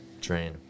drain